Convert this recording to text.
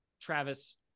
Travis